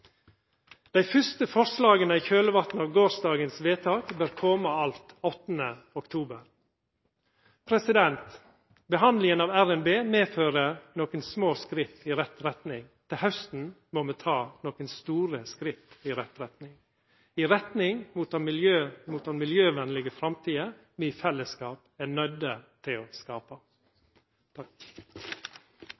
Dei fyrste forslaga i kjølevatnet av gårsdagens vedtak bør koma alt 8. oktober. Behandlinga av revidert nasjonalbudsjett medfører nokre små skritt i rett retning. Til hausten må vi ta nokre store skritt i rett retning – i retning mot den miljøvennlege framtida me i fellesskap er nøydde til å skapa.